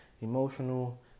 emotional